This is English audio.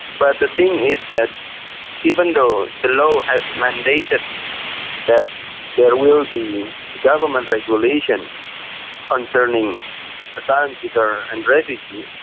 but the thing is that even though the law has mandated that there will be government regulations concerning asylum seekers and refugees,